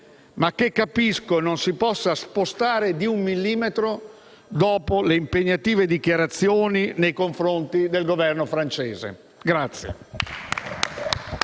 ma che capisco non si possa spostare di un millimetro dopo le impegnative dichiarazioni nei confronti del Governo francese.